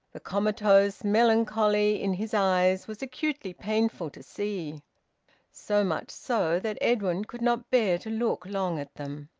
the comatose melancholy in his eyes was acutely painful to see so much so that edwin could not bear to look long at them.